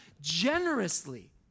generously